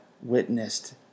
witnessed